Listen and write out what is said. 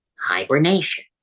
hibernation